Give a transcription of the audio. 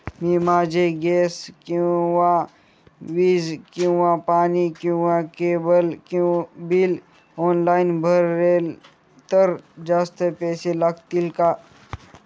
मी माझे गॅस किंवा वीज किंवा पाणी किंवा केबल बिल ऑनलाईन भरले तर जास्त पैसे लागतील का?